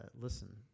listen